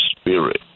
spirit